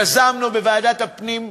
יזמנו בוועדת הפנים,